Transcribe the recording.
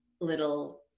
little